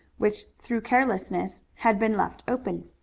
which through carelessness had been left open.